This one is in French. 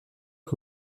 que